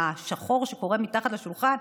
השחור שקורה מתחת לשולחן,